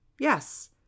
Yes